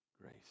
grace